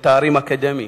של תארים אקדמיים,